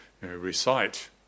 recite